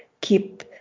keep